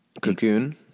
Cocoon